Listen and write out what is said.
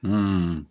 হুম